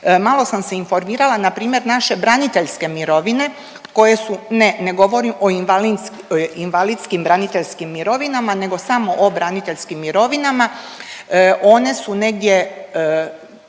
Malo sam se informirala, npr. naše braniteljske mirovine koje su, ne, ne govorim o invalidskim braniteljskim mirovinama nego samo o braniteljskim mirovinama, one su negdje